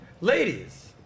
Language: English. Ladies